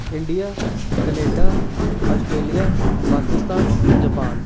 India Canada Australia Pakistan Japan